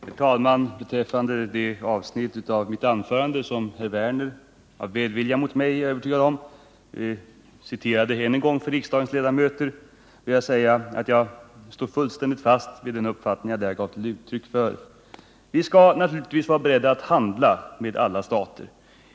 Herr talman! Beträffande det avsnitt av mitt anförande som herr Werner — av välvilja mot mig, är jag övertygad om — citerade för riksdagens ledamöter vill jag säga att jag står fullständigt fast vid den uppfattning jag givit uttryck för. Vi skall naturligtvis vara beredda att handla med alla stater.